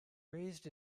raised